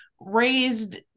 raised